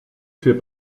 fait